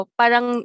parang